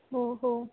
हो हो